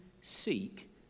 seek